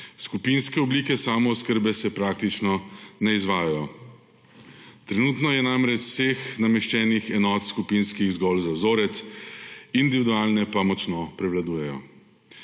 skupinske oblike samooskrbe se praktično ne izvajajo. Trenutno je namreč vseh nameščenih skupinskih enot zgolj za vzorec, individualne pa močno prevladujejo.